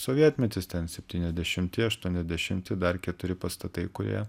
sovietmetis ten septyniasdešimti aštuoniasdešimti dar keturi pastatai kurie